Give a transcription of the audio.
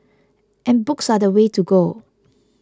and books are the way to go